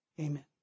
Amen